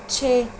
چھ